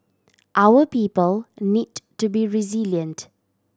our people need to be resilient